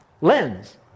lens